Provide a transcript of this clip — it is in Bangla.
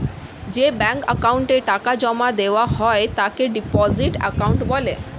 যে ব্যাঙ্ক অ্যাকাউন্টে টাকা জমা দেওয়া হয় তাকে ডিপোজিট অ্যাকাউন্ট বলে